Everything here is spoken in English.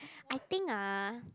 I think ah